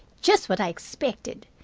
just what i expected.